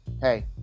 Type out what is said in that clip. hey